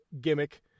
gimmick